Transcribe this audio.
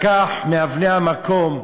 לקח מאבני המקום,